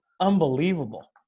unbelievable